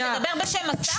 היא תדבר בשם השר?